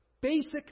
basic